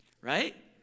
Right